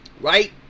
Right